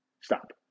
Stop